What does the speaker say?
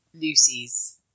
Lucy's